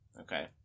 Okay